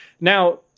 Now